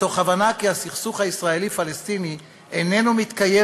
מתוך הבנה כי הסכסוך הישראלי פלסטיני איננו מתקיים